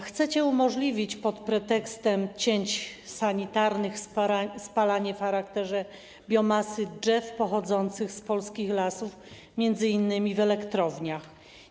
Chcecie umożliwić pod pretekstem cięć sanitarnych spalanie w charakterze biomasy drzew pochodzących z polskich lasów, m.in. w elektrowniach.